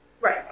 Right